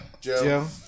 Joe